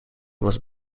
was